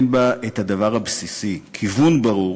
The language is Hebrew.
אין בה את הדבר הבסיסי, כיוון ברור